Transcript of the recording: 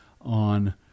on